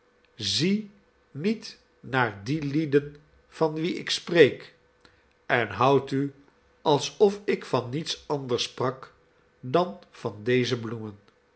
zie niet naar die lieden van wie ik spreek en houd u alsof ik van niets anders sprak dan van deze bloemen